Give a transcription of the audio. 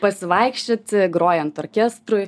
pasivaikščioti grojant orkestrui